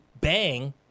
bang